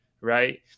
right